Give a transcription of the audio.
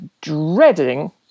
dreading